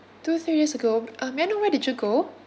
two three days ago um may I know where did you go